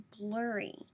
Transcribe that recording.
blurry